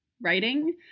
writing